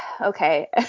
okay